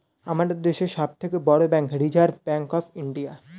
আমাদের দেশের সব থেকে বড় bank reserve bank of India